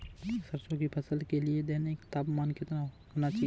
सरसों की फसल के लिए दैनिक तापमान कितना होना चाहिए?